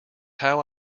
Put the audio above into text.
how